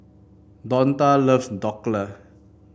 Donta loves Dhokla